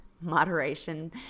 moderation